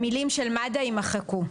המילים "של מד"א" יימחקו.